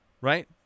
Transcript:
right